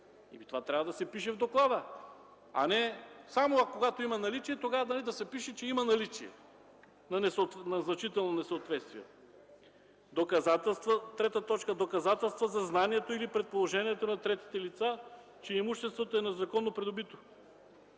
Това трябва да се пише в доклада, а не само когато има наличие, тогава да се пише, че има наличие на значително несъответствие. „3. доказателствата за знанието или предположението на третите лица, че имуществото е незаконно придобито;”.